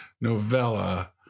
novella